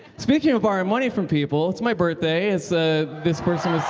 speaking of borrowing money from people, it's my birthday, as ah this person was